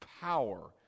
power